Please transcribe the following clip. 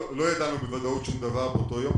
לא ידענו בוודאות שום דבר באותו יום,